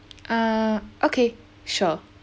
err okay sure